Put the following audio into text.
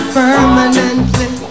permanently